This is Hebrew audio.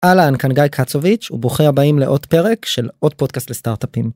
אהלן כאן גיא קצוביץ' וברוכים הבאים לעוד פרק של עוד פודקאסט לסטארטאפים.